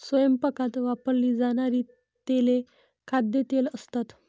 स्वयंपाकात वापरली जाणारी तेले खाद्यतेल असतात